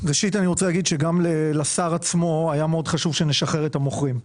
אני רוצה להגיד שגם לשר היה מאוד חשוב שנשחרר את המוכרים.